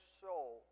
soul